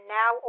now